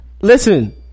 Listen